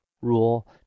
rule